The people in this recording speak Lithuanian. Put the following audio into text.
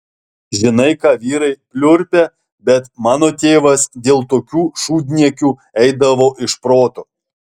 žinai ką vyrai pliurpia bet mano tėvas dėl tokių šūdniekių eidavo iš proto